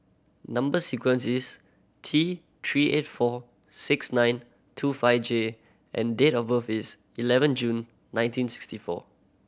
number sequence is T Three eight four six nine two five J and date of birth is eleven June nineteen sixty four